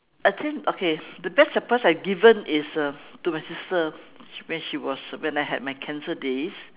I think okay the best surprise I given is uh to my sister when she was when I had my cancer days